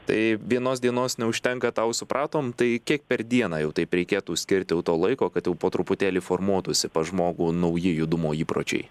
tai vienos dienos neužtenka tą jau supratom tai kiek per dieną jau taip reikėtų skirti jau to laiko kad jau po truputėlį formuotųsi pas žmogų nauji judumo įpročiai